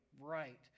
Right